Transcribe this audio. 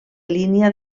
línia